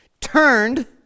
turned